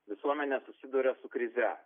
visuomenė susiduria su krize